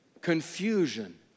confusion